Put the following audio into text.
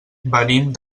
venim